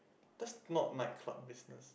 that's not nightclub business